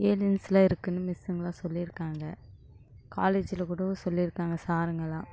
ஏலியன்ஸ்லாம் இருக்குன்னு மிஸ்ஸுங்கெலாம் சொல்லியிருக்காங்க காலேஜில் கூட சொல்லியிருக்காங்க சாருங்கலாம்